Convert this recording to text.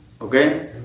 Okay